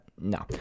No